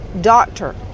doctor